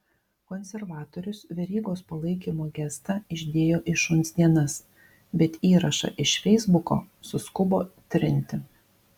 konservatorius verygos palaikymo gestą išdėjo į šuns dienas bet įrašą iš feisbuko suskubo trinti